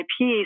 IP